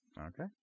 Okay